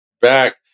back